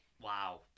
Wow